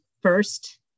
first